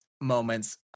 moments